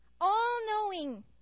all-knowing